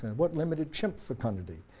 what limited chimp fecundity?